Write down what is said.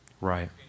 Right